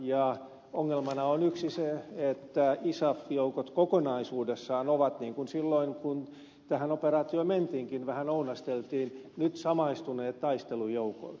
yksi ongelma on se että isaf joukot kokonaisuudessaan ovat niin kuin silloin vähän ounasteltiinkin kun tähän operaatioon mentiin nyt samaistuneet taistelujoukkoihin